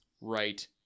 right